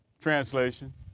translation